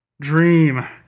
dream